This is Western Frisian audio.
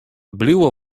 bliuwe